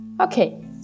Okay